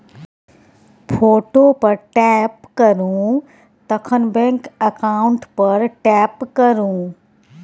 photo पर tap करु तखन बैंक अकाउंट पर टैप करु